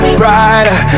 brighter